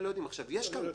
אני אומר לכם,